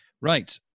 right